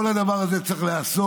כל הדבר הזה צריך להיעשות.